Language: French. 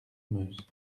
meuse